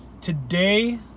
Today